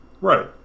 Right